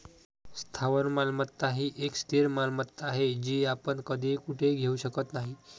स्थावर मालमत्ता ही एक स्थिर मालमत्ता आहे, जी आपण कधीही कुठेही घेऊ शकत नाही